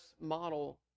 model